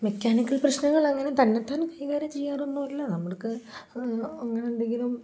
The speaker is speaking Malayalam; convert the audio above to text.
മെക്കാനിക്കൽ പ്രശ്നങ്ങൾ അങ്ങനെ തന്നത്താന് കൈകാര്യം ചെയ്യാറൊന്നുമില്ല നമ്മക്ക് അങ്ങനെയെന്തെങ്കിലും